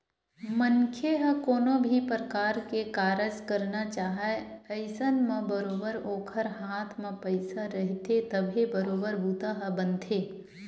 मनखे ह कोनो भी परकार के कारज करना चाहय अइसन म बरोबर ओखर हाथ म पइसा रहिथे तभे बरोबर बूता ह बनथे